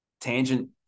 tangent